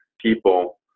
people